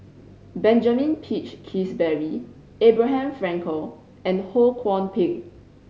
Benjamin Peach Keasberry Abraham Frankel and Ho Kwon Ping